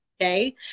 Okay